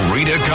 Rita